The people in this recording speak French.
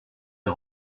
des